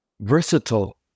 versatile